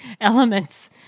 elements